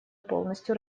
полностью